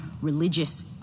religious